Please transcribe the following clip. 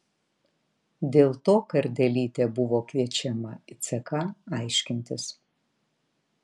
dėl to kardelytė buvo kviečiama į ck aiškintis